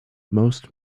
most